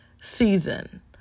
season